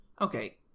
Okay